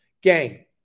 Gang